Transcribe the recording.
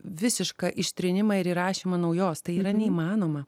visišką ištrynimą ir įrašymą naujos tai yra neįmanoma